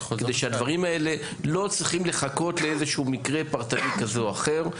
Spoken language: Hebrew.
כדי שהדברים האלה לא יחכו למקרה פרטני כזה או אחר.